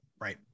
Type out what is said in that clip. right